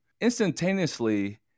Instantaneously